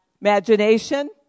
imagination